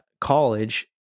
college